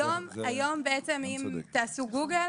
היום, אם תעשו גוגל